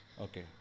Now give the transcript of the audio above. Okay